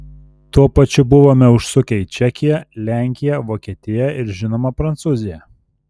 tuo pačiu buvome užsukę į čekiją lenkiją vokietiją ir žinoma prancūziją